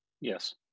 Yes